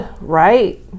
Right